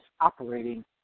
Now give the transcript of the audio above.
operating